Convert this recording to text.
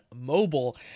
mobile